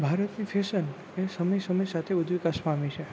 ભારતની ફેશન એ સમયની સાથે સાથે ઉદ્વિકાસ પામે છે